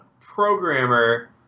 programmer